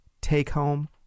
take-home